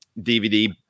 DVD